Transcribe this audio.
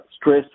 stress